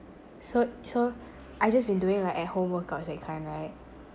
so so I've just been doing like at home workouts that kind right